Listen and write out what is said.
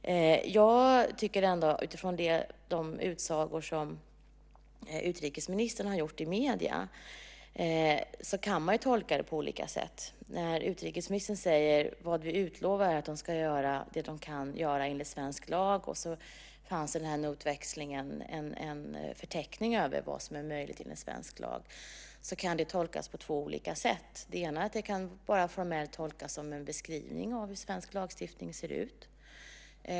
Jag tycker att man kan tolka de utsagor som utrikesministern har gjort i medierna på olika sätt. Utrikesministern säger: "Vad vi utlovar är att de ska göra det de kan göra enligt svensk lag." Sedan fanns det i den här notväxlingen en förteckning över vad som är möjligt enligt svensk lag. Det kan tolkas på två olika sätt. Det ena är att det bara formellt kan tolkas som en beskrivning av hur svensk lagstiftning ser ut.